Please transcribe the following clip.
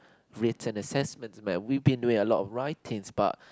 written assignments man we've been doing a lot of writings but